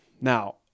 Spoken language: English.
Now